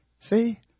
See